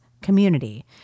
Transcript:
community